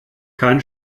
kein